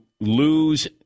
lose